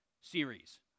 series